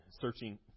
Searching